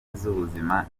z’ubuzima